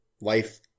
life